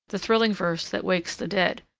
the thrilling verse that wakes the dead,